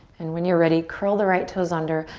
and when you're ready, curl the right toes under,